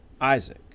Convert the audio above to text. Isaac